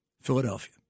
Philadelphia